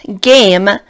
game